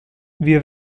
wir